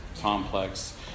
complex